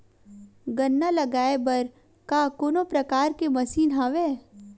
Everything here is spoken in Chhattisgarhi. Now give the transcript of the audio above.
गन्ना लगाये बर का कोनो प्रकार के मशीन हवय?